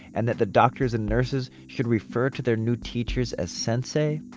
and that the doctors and nurses should refer to their new teachers as sensei?